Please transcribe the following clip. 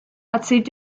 erzählt